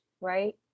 right